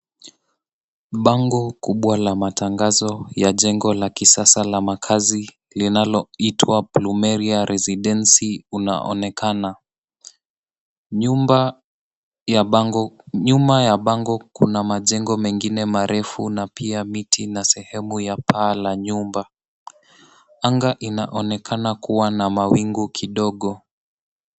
Bango kubwa la matangazo ya jengo la kisasa la makazi linaloitwa plumeria Residency unaonekana. Nyuma ya bango kuna majengo mengine marefu na pia miti na sehemu ya paa la nyumba. Anga inaonekana kuwa na mawingu kidogo.